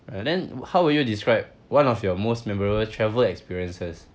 and then how will you describe one of your most memorable travel experiences